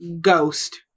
ghost